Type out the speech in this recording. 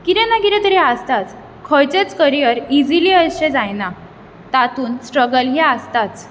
कितें ना कितें तरी आसताच खंयचेच करीयर इजिली अशें जायनां तातूंत स्ट्रगल ही आसताच